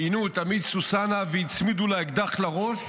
עינו את עמית סוסנה והצמידו לה אקדח לראש,